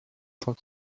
cent